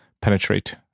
penetrate